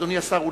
אדוני השר,